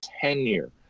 tenure